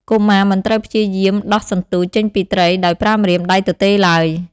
កុមារមិនត្រូវព្យាយាម ដោះសន្ទូច ចេញពីត្រីដោយប្រើម្រាមដៃទទេឡើយ។